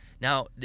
Now